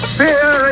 fear